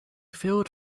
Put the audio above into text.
filled